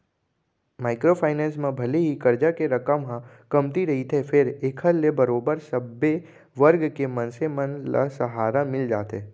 micro finance म भले ही करजा के रकम ह कमती रहिथे फेर एखर ले बरोबर सब्बे वर्ग के मनसे मन ल सहारा मिल जाथे